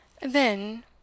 Then